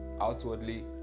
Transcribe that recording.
outwardly